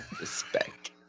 Respect